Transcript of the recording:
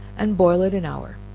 and boil it an hour,